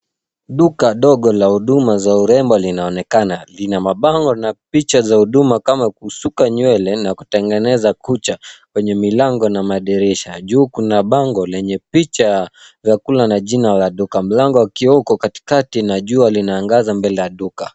Duka ndogo la huduma za urembo linaonekana. Lina mabango na picha za huduma kama kusuka nywele na kutengeneza kucha kwenye milango na madirisha. Juu kuna bango lenye picha, chakula na jina la duka. Mlango wa kioo uko katikati na jua linaangaza mbele ya duka.